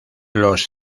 los